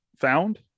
found